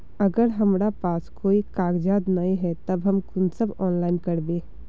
अगर हमरा पास कोई कागजात नय है तब हम कुंसम ऑनलाइन करबे?